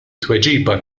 tweġiba